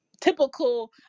typical